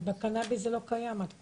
אבל בקנאביס זה לא קיים עד כה.